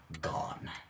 gone